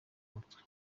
mutwe